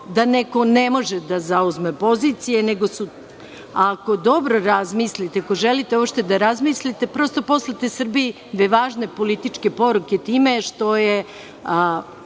da neko ne može da zauzme pozicije. Ako dobro razmislite, ako želite uopšte da razmislite, prosto poslati Srbiji dve važne političke poruke time što je,